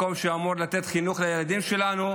מקום שאמור לתת חינוך לילדים שלנו,